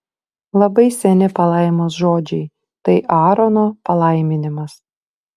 labai seni palaimos žodžiai tai aarono palaiminimas